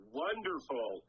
wonderful